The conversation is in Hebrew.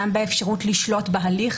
גם באפשרות לשלוט בהליך,